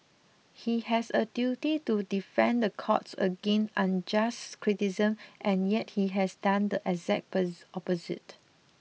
he has a duty to defend the courts against unjust criticism and yet he has done the exact pose opposite